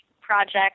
project